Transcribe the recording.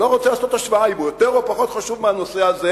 אני לא רוצה לעשות השוואה אם הוא יותר או פחות חשוב מהנושא הזה,